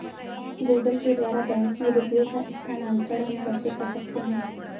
Google Pay द्वारा bank में रुपयों का स्थानांतरण हम कैसे कर सकते हैं?